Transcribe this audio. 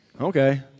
okay